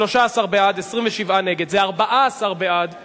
ההצעה להסיר מסדר-היום